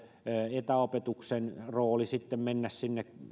etäopetuksen rooli mennä sinne